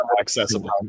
accessible